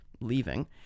leaving